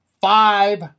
five